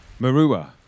Marua